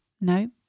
No